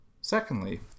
Secondly